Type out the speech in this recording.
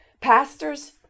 Pastors